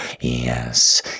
yes